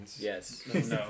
Yes